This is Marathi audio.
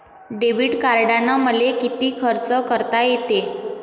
डेबिट कार्डानं मले किती खर्च करता येते?